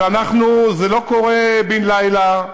זה לא קורה בן-לילה,